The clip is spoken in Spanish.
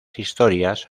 historias